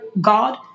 God